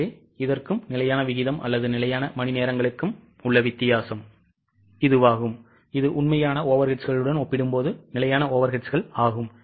எனவே இது இதற்கும் நிலையான விகிதம் அல்லது நிலையான மணிநேரங்களுக்கும் உள்ள வித்தியாசம் இது உண்மையான overheadsகளுடன் ஒப்பிடும்போது நிலையான overheads கள் ஆகும்